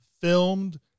filmed